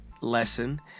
lesson